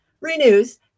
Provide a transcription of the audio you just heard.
renews